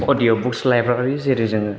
अडिय' books library जेरै जोङो